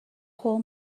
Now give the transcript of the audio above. whole